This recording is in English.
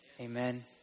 Amen